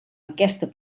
aquesta